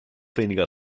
weniger